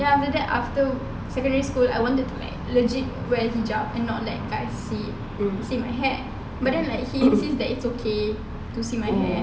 then after that after secondary school I wanted to like legit wear hijab and not let guys see see my hair but then like he says that it's okay to see my hair